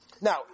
Now